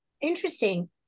interesting